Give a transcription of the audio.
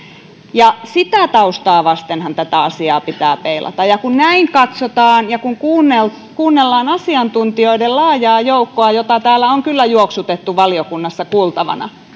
ja sitä taustaa vastenhan tätä asiaa pitää peilata kun näin katsotaan ja kun kuunnellaan asiantuntijoiden laajaa joukkoa jota täällä on kyllä juoksutettu valiokunnassa kuultavana